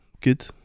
Good